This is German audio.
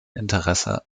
interesse